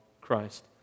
Christ